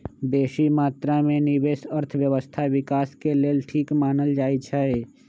बेशी मत्रा में निवेश अर्थव्यवस्था विकास के लेल ठीक मानल जाइ छइ